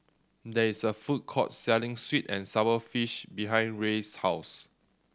there is a food court selling sweet and sour fish behind Rey's house